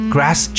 Grass